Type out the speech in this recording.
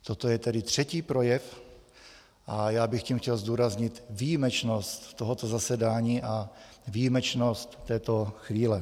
Toto je tedy třetí projev a já bych tím chtěl zdůraznit výjimečnost tohoto zasedání a výjimečnost této chvíle.